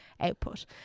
output